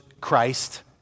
Christ